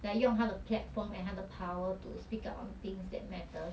like 用他的 platform and 他的 power to speak up on things that matter